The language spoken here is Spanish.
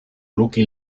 lucky